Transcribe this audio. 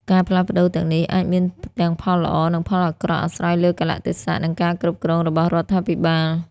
ការផ្លាស់ប្តូរទាំងនេះអាចមានទាំងផលល្អ និងផលអាក្រក់អាស្រ័យលើកាលៈទេសៈ និងការគ្រប់គ្រងរបស់រដ្ឋាភិបាល។